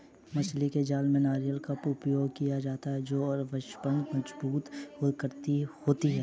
मछली के जाल में नायलॉन का प्रयोग किया जाता है जो अपेक्षाकृत मजबूत होती है